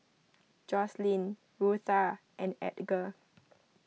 Joslyn Rutha and Edgar